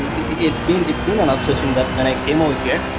it's been it's been an obsession that when i came over here,